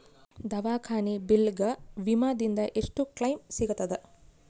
ದವಾಖಾನಿ ಬಿಲ್ ಗ ವಿಮಾ ದಿಂದ ಎಷ್ಟು ಕ್ಲೈಮ್ ಸಿಗತದ?